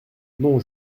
non